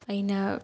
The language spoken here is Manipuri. ꯑꯩꯅ